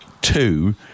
two